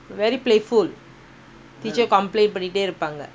very playful teacher complaint பண்ணிட்டேஇருப்பாங்க:pannite iruppanka